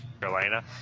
Carolina